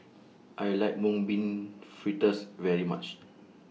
I like Mung Bean Fritters very much